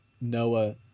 Noah